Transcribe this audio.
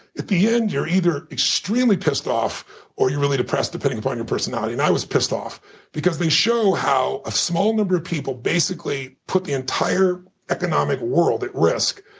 at the end, you're either extremely pissed off or you're really depressed depending upon your personality. and i was pissed off because they showed how a small number of people basically put the entire economic world at risk,